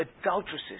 adulteresses